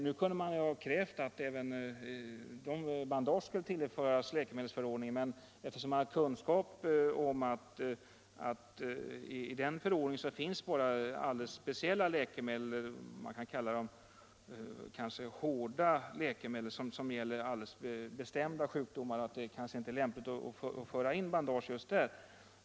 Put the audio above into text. Nu kan man naturligtvis kräva att även bandage skulle tas in i läkemedelsförordningen. Men då jag vet att det i den förordningen bara finns vad som kan kallas för hårda läkemedel, dvs. sådana som gäller för alldeles bestämda sjukdomar, så är det kanske inte så lämpligt att föra in bandage i förordningen.